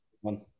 one